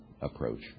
approach